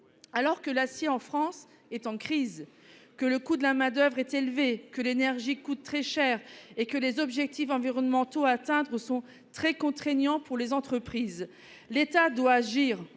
Alors que l'acier en France est en crise, que le coût de la main d'oeuvre est élevé, que l'énergie coûte très cher et que les objectifs environnementaux à atteindre sont très contraignants pour les entreprises. L'Etat doit agir,